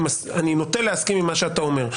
אני נוטה להסכים עם מה שאתה אומר,